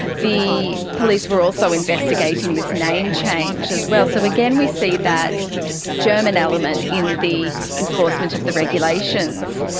the police were also investigating this name change as well. so again we see that german element in the enforcement of the regulations.